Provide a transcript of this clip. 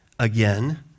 Again